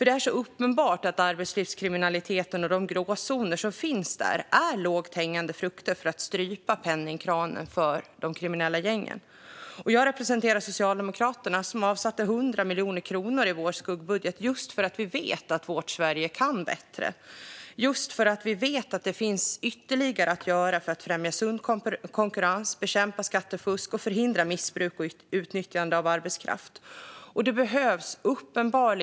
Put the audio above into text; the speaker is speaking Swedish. Det är så uppenbart att arbetslivskriminaliteten och de gråzoner som finns där är lågt hängande frukter för att strypa penningkranen för de kriminella gängen. Jag representerar Socialdemokraterna. Vi avsatte 100 miljoner kronor i vår skuggbudget för att vi vet att vårt Sverige kan bättre och för att vi vet att det finns ytterligare att göra för att främja sund konkurrens, bekämpa skattefusk och förhindra missbruk och utnyttjande av arbetskraft.